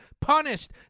punished